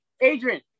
Adrian